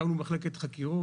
הקמנו מחלקת חקירות.